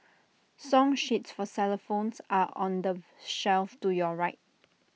song sheets for xylophones are on the shelf to your right